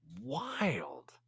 wild